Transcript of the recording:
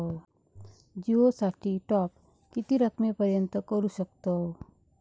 जिओ साठी टॉप किती रकमेपर्यंत करू शकतव?